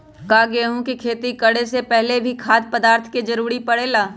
का गेहूं के खेती करे से पहले भी खाद्य पदार्थ के जरूरी परे ले?